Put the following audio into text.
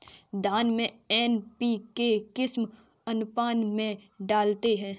धान में एन.पी.के किस अनुपात में डालते हैं?